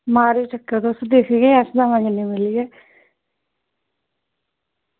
मारेओ चक्कर तुस दिक्खगे अस दमें जनें मिलियै